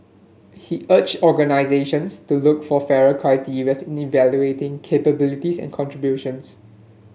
he urged organisations to look for fairer in evaluating capabilities and contributions